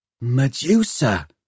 Medusa